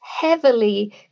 heavily